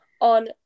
on